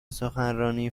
سخنرانی